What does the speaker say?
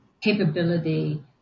capability